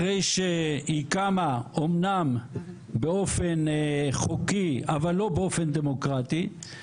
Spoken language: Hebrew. אחרי שהיא קמה אומנם באופן חוקי אבל לא באופן דמוקרטי,